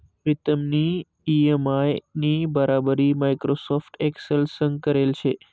प्रीतमनी इ.एम.आय नी बराबरी माइक्रोसॉफ्ट एक्सेल संग करेल शे